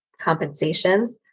compensation